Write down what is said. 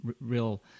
real